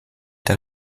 der